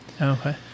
okay